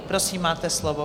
Prosím, máte slovo.